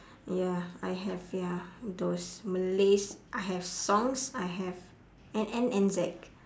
ya I have ya those malays I have songs I have N N N Z